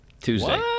tuesday